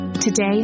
Today